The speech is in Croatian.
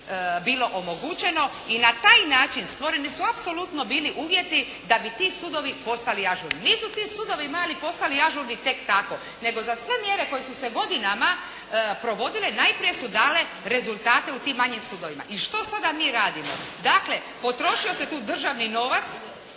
bilo omogućeno. I na taj način stvoreni su apsolutno bili uvjeti da bi ti sudovi postali ažurni. Nisu ti sudovi mali postali ažurni tek tako, nego za sve mjere koje su se godinama provodile najprije su dale rezultate u tim manjim sudovima. I što sada mi radimo? Dakle, potrošio se tu državni novac